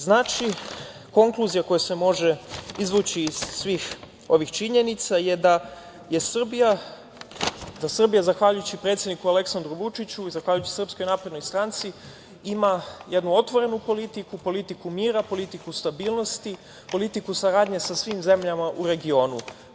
Znači, konkluzija koja se može izvući iz svih ovih činjenica je, da je Srbija zahvaljujući predsedniku Aleksandru Vučiću i zahvaljujući SNS ima jednu otvorenu politiku, politiku mira, politiku stabilnosti, politiku saradnje sa svim zemljama u regionu.